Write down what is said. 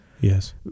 Yes